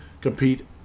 compete